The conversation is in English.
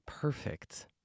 perfect